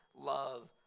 love